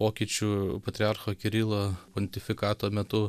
pokyčių patriarcho kirilo pontifikato metu